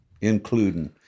including